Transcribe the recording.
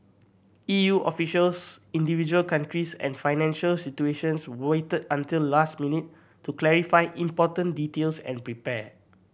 E U officials individual countries and financial institutions waited until the last minute to clarify important details and prepare